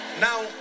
Now